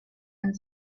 and